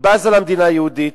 היא בזה למדינה היהודית,